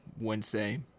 Wednesday